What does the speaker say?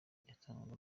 yatangaga